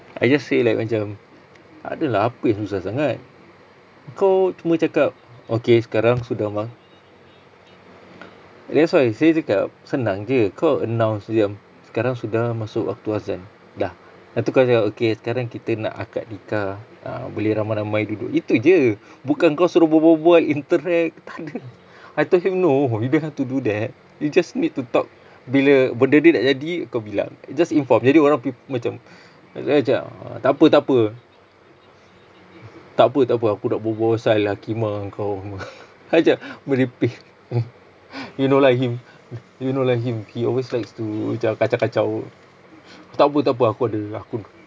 I just say like macam takde lah apa yang susah sangat engkau cuma cakap okay sekarang sudah mah that's why saya cakap senang jer kau announce macam sekarang sudah masuk waktu azan dah lepas tu kau cakap okay sekarang kita nak akad nikah ah boleh ramai-ramai duduk gitu jer bukan kau suruh suruh berbual-bual interact takde I told him no you don't have to do that you just need to talk bila benda dia nak jadi kau bilang just inform jadi orang pr~ macam uh takpe takpe takpe takpe aku nak berbual pasal hakimmah ngan kau I macam merepek you know lah him you know lah him he always likes to macam kacau-kacau takpe takpe aku ada aku